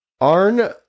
Arn